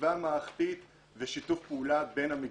חשיבה מערכתית ושיתוף פעולה בין המגזרים.